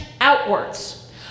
outwards